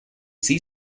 see